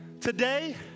Today